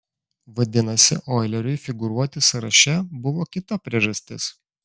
vadinasi oileriui figūruoti sąraše buvo kita priežastis